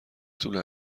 طول